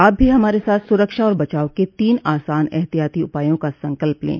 आप भी हमारे साथ सुरक्षा और बचाव के तीन आसान एहतियाती उपायों का संकल्प लें